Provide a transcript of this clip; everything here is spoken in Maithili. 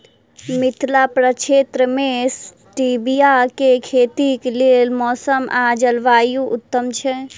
मिथिला प्रक्षेत्र मे स्टीबिया केँ खेतीक लेल मौसम आ जलवायु उत्तम छै?